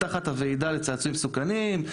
תחת הוועידה לצעצועים מסוכנים,